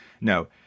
No